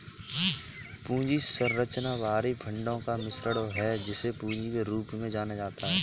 पूंजी संरचना बाहरी फंडों का मिश्रण है, जिसे पूंजी के रूप में जाना जाता है